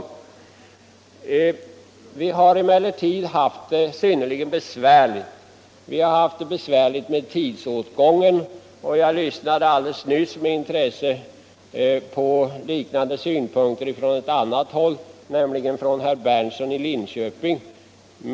Utskottet har emellertid haft det synnerligen besvärligt under behandlingen av detta ärende — vi har haft det besvärligt med tidsåtgången. Jag lyssnade alldeles nyss med intresse när liknande synpunkter framfördes från ett annat håll, nämligen av herr Berndtson.